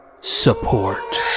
support